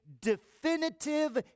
definitive